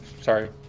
Sorry